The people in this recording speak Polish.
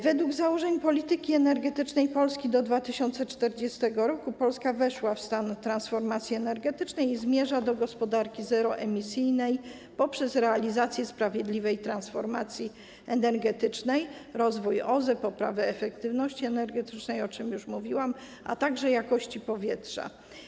Według założeń polityki energetycznej Polski do 2040 r. Polska weszła w stan transformacji energetycznej i zmierza do gospodarki zeroemisyjnej poprzez realizację sprawiedliwej transformacji energetycznej, rozwój OZE, poprawę efektywności energetycznej, o czym już mówiłam, a także jakości powietrza.